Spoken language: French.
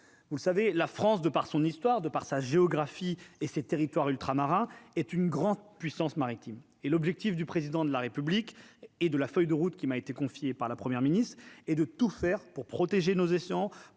vous le savez la France de par son histoire, de par sa géographie et ses territoires ultramarins est une grande puissance maritime et l'objectif du président de la République et de la feuille de route qui m'a été confiée par la première ministre et de tout faire pour protéger nos espions